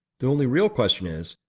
the only real question is,